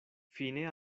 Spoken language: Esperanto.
fine